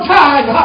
time